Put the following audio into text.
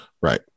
Right